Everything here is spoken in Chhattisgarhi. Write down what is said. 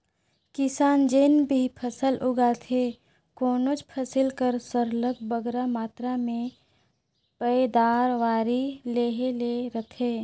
किसान जेन भी फसल उगाथे कोनोच फसिल कर सरलग बगरा मातरा में पएदावारी लेहे ले रहथे